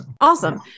Awesome